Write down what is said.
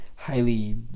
highly